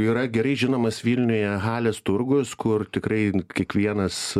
yra gerai žinomas vilniuje halės turgus kur tikrai kiekvienas